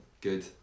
Good